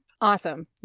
Awesome